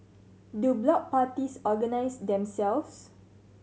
do block parties organise themselves